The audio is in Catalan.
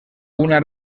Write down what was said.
una